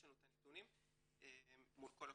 יש לנו את הנתונים מול כל הקופות.